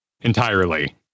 entirely